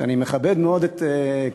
שאני מכבד מאוד את כותביה,